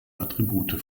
attribute